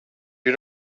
you